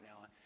now